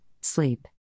sleep